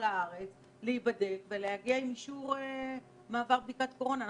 הארץ ושייבדקו ושיגיעו עם אישור מעבר בדיקת קורונה.